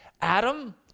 Adam